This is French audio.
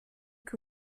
que